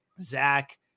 Zach